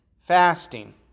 fasting